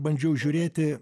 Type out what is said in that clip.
bandžiau žiūrėti